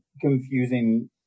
confusing